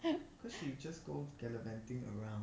and you just go bad thing around